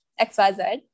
XYZ